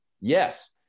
yes